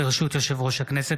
ברשות יושב-ראש הכנסת,